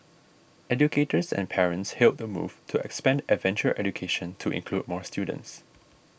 educators and parents hailed the move to expand adventure education to include more students